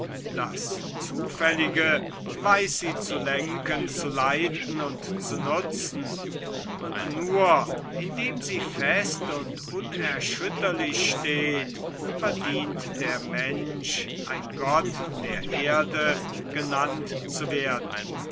das zufällige weiß sie zu lenken zu leiten und zu nutzen und nur indem sie fest und unerschütterlich steht verdient der mensch ein gott der erde genannt zu werden